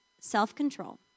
self-control